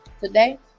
today